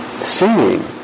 Singing